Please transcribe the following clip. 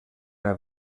una